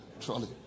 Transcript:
trolley